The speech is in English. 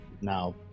now